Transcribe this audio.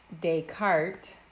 Descartes